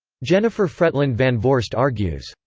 jennifer fretland vanvoorst argues,